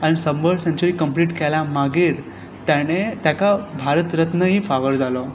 आनी शबंर century complete केल्या मागीर ताणे ताका भारत रत्नय फावो जालो